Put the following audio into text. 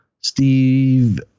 Steve